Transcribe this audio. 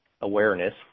awareness